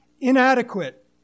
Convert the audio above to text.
inadequate